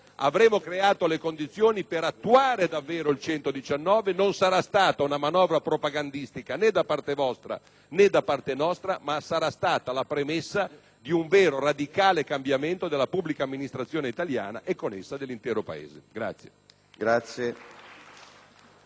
avremo creato le condizioni per attuare davvero l'articolo 119 della Costituzione. Non sarà stata una manovra propagandistica, né da parte vostra né da parte nostra, ma la premessa di un vero, radicale cambiamento della pubblica amministrazione italiana e con essa dell'intero Paese.